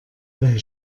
bei